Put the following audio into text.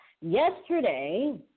Yesterday